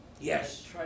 Yes